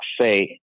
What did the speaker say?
say